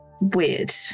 weird